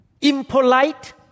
impolite